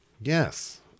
Yes